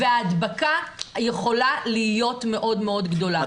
וההדבקה יכולה להיות מאוד מאוד גדולה.